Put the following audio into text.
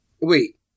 Wait